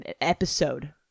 episode